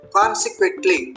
consequently